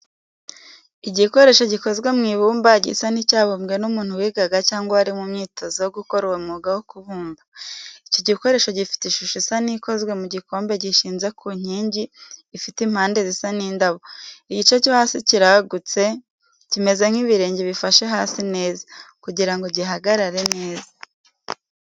Igikoresho gikozwe mu ibumba, gisa n'icyabumbwe n'umuntu wigaga cyangwa wari mu myitozo yo gukora uwo mwuga wo kubumba. Icyo gikoresho gifite ishusho isa n'ikozwe mu gikombe gishinze ku nkingi, ifite impande zisa n'indabo. Igice cyo hasi kiragutse, kimeze nk'ibirenge bifashe hasi neza, kugira ngo gihagarare neza.